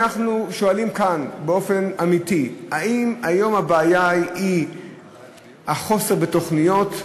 אנחנו שואלים כאן באופן אמיתי: האם היום הבעיה היא החוסר בתוכניות?